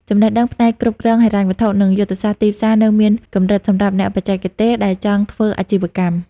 ចំណេះដឹងផ្នែកគ្រប់គ្រងហិរញ្ញវត្ថុ និងយុទ្ធសាស្ត្រទីផ្សារនៅមានកម្រិតសម្រាប់អ្នកបច្ចេកទេសដែលចង់ធ្វើអាជីវកម្ម។